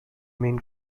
main